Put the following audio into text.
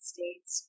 States